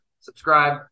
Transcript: subscribe